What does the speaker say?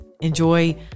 enjoy